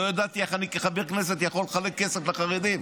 לא ידעתי איך אני כחבר כנסת יכול לחלק כסף לחרדים.